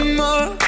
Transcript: more